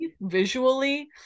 visually